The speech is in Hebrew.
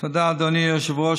תודה, אדוני היושב-ראש.